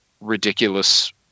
ridiculous